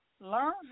learn